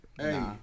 Hey